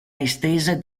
estesa